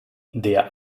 der